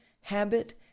habit